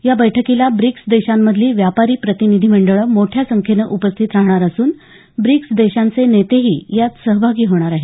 या बैठकीला ब्रिक्स देशांमधली व्यापारी प्रतिनिधीमंडळं मोठ्या संख्येनं उपस्थित राहणार असून ब्रिक्स देशांचे नेतेही यात सहभागी होणार आहेत